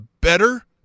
Better